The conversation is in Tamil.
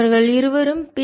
அவர்கள் இருவரும் பி